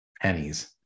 pennies